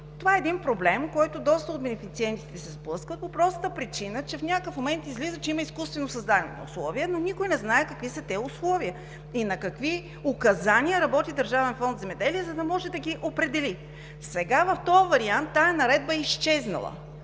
Това е проблем, с който доста от бенефициентите се сблъскват по простата причина, че в някакъв момент излиза, че има изкуствено създадени условия, но никой не знае какви са тези условия и с какви указания работи Държавен фонд „Земеделие“, за да може да ги определи! Сега в този вариант тази наредба е изчезнала!